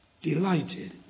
Delighted